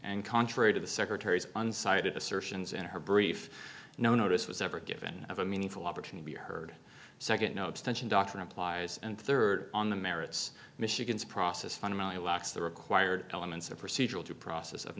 and contrary to the secretary's uncited assertions in her brief no notice was ever given of a meaningful opportunity heard second no abstention doctrine applies and third on the merits michigan's process fundamentally lacks the required elements of procedural due process of